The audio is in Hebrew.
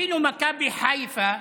אפילו במכבי חיפה,